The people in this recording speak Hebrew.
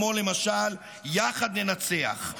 כמו למשל "יחד ננצח".